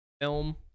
Film